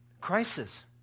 Crisis